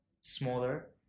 smaller